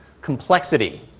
complexity